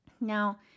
Now